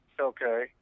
Okay